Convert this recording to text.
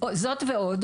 זאת ועוד,